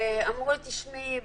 אמרו לי: תשמעי,